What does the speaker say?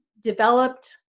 developed